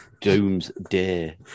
Doomsday